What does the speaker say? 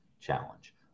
challenge